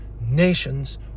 nations